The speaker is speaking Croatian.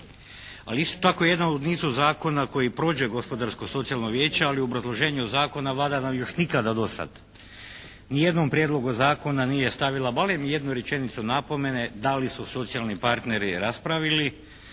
Ali isto tako jedan od nizu zakona koji prođe Gospodarsko-socijalno vijeće, ali u obrazloženju zakona Vlada nam još nikada do sada ni jednom prijedlogu zakona nije stavila barem jednu rečenicu napomene da li su socijalni partneri raspravili